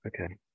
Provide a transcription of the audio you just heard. Okay